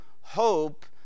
hope